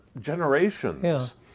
generations